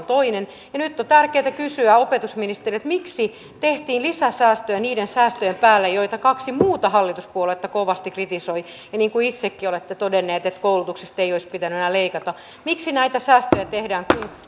toinen ja nyt on tärkeätä kysyä opetusministeriltä miksi tehtiin lisäsäästöjä niiden säästöjen päälle joita kaksi muuta hallituspuoluetta kovasti kritisoi ja niin kuin itsekin olette todenneet koulutuksesta ei olisi pitänyt enää leikata miksi näitä säästöjä tehdään kun